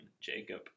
jacob